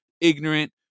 ignorant